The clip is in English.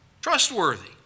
Trustworthy